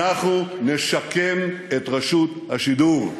אנחנו נשקם את רשות השידור,